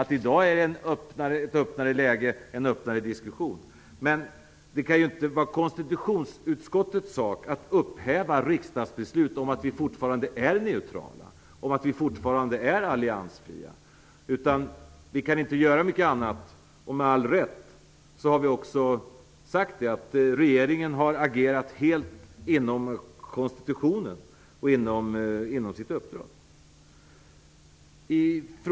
I dag är det ett öppnare läge och en öppnare diskussion. Men det kan inte vara konstitutionsutskottets sak att upphäva riksdagsbeslut om att vi fortfarande är neutrala och om att vi fortfarande är alliansfria. Vi kan inte göra mycket annat än att säga att regeringen har agerat helt inom konstitutionens ramar och enligt sitt uppdrag. Med all rätt har vi också sagt det.